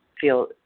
feel